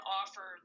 offer